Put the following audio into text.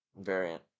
Variant